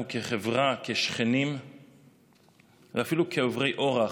אנחנו כחברה, כשכנים ואפילו כעוברי אורח,